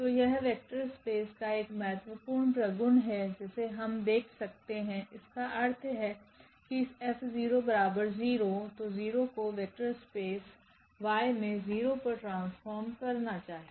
तो यह vector space का एक और महत्वपूर्ण प्रगुण है जिसे हम देख सकते है इसका अर्थ है कि इसF0 तो 0 को वेक्टर स्पेस Y मे 0 पर ट्रांसफॉर्म करना चाहिए